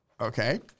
Okay